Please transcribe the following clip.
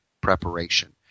preparation